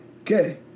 Okay